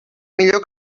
millor